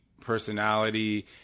personality